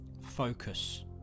Focus